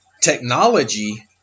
technology